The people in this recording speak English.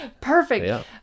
perfect